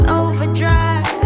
overdrive